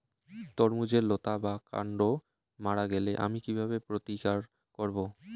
তরমুজের লতা বা কান্ড মারা গেলে আমি কীভাবে প্রতিকার করব?